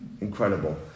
Incredible